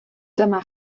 dyma